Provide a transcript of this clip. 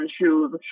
shoes